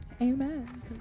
amen